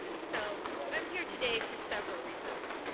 so i'm here today for several reasons.